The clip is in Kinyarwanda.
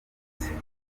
zibitse